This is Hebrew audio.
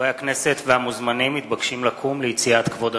חברי הכנסת והמוזמנים מתבקשים לקום ליציאת כבוד הנשיא.